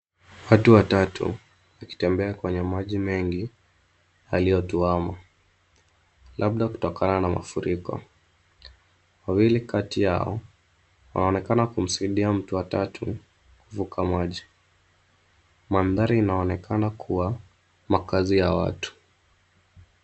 Watu watatu wakitembea kwenye maji mengi yaliyotuama, labda kutokana na mafuriko. Wawili kati yao wanaonekana kumsaidia mtu wa tatu kuvuka maji. Mandhari inaonekana kuwa makaazi ya watu.